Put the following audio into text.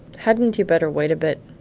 hadn't you better wait a bit?